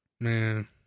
Man